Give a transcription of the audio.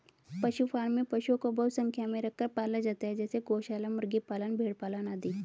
पशु फॉर्म में पशुओं को बहुत संख्या में रखकर पाला जाता है जैसे गौशाला, मुर्गी पालन, भेड़ पालन आदि